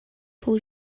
fou